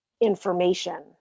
information